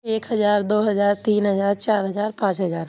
ایک ہزار دو ہزار تین ہزار چار ہزار پانچ ہزار